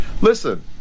listen